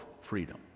freedom